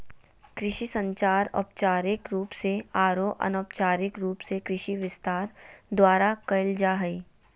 कृषि संचार औपचारिक रूप से आरो अनौपचारिक रूप से कृषि विस्तार द्वारा कयल जा हइ